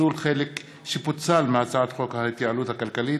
פיצול חלק שפוצל מהצעת חוק ההתייעלות הכלכלית